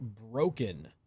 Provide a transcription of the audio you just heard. broken